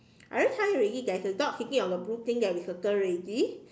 I already tell you already there is a dog sitting on the blue thing that we circle ready